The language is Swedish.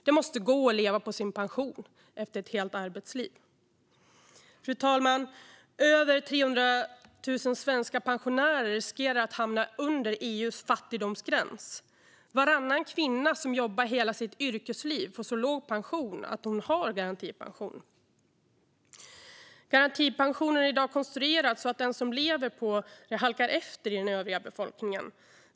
Det måste gå att leva på sin pension efter ett helt arbetsliv. Fru talman! Över 300 000 svenska pensionärer riskerar att hamna under EU:s fattigdomsgräns. Varannan kvinna som jobbat hela sitt yrkesliv får så låg pension att hon har garantipension. Garantipensionen är i dag konstruerad så att de som lever på den halkar efter den övriga befolkningen.